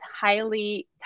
highly